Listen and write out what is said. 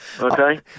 Okay